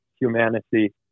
humanity